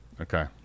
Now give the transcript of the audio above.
Okay